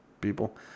people